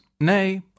nay